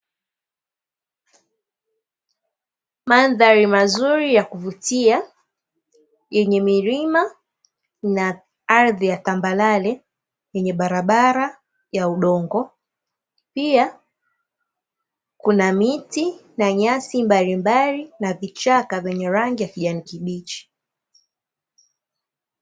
Mandhari mazuri ya kuvutia yenye milima na ardhi ya tambarare, yenye barabara ya udongo. Pia kuna miti na nyasi mbalimbali na vichaka vyenye rangi ya kijani kibichi.